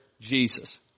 Jesus